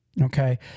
Okay